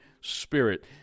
spirit